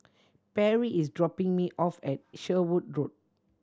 Perri is dropping me off at Sherwood Road